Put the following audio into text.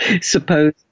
suppose